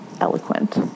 eloquent